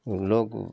लोग